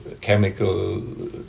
chemical